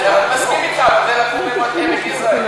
אני מסכים אתך, אבל את זה לקחו מעמק יזרעאל.